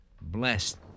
Blessed